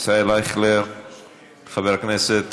חבר הכנסת